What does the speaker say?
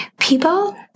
People